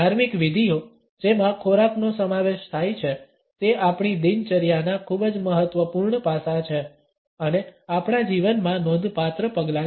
ધાર્મિક વિધિઓ જેમાં ખોરાકનો સમાવેશ થાય છે તે આપણી દિનચર્યાના ખૂબ જ મહત્વપૂર્ણ પાસાં છે અને આપણા જીવનમાં નોંધપાત્ર પગલાં છે